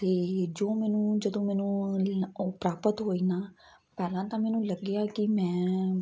ਅਤੇ ਜੋ ਮੈਨੂੰ ਜਦੋਂ ਮੈਨੂੰ ਉਹ ਪ੍ਰਾਪਤ ਹੋਈ ਨਾ ਪਹਿਲਾਂ ਤਾਂ ਮੈਨੂੰ ਲੱਗਿਆ ਕਿ ਮੈਂ